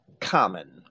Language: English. common